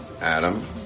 Adam